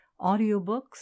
audiobooks